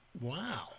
Wow